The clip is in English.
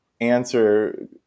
answer